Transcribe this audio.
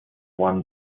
one